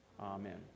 Amen